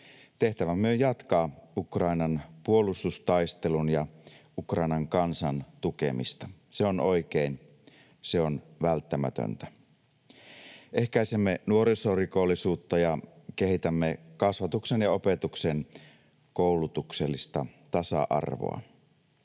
Tehtävämme on jatkaa Ukrainan puolustustaistelun ja Ukrainan kansan tukemista, se on oikein, se on välttämätöntä. Ehkäisemme nuorisorikollisuutta ja kehitämme kasvatuksen ja opetuksen koulutuksellista tasa-arvoa.